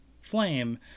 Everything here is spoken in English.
flame